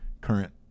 current